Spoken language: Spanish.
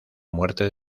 muerte